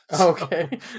Okay